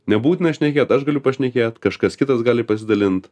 nebūtina šnekėt aš galiu pašnekėt kažkas kitas gali pasidalint